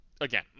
again